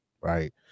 right